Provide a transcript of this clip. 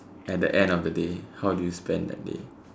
at the end of the day how do you spend that day